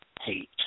Hate